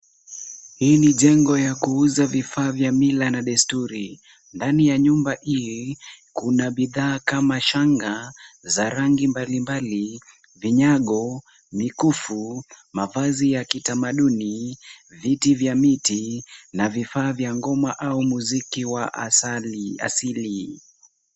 Hii ni jengo ya kuuza vifaa vya mila na desturi. Ndani ya nyumba hii kuna bidhaa kama shanga za rangi mbalimbali, vinyago, mikufu, mavazi ya kitamaduni, viti vya miti na vifaa vya ngoma au muziki wa asili.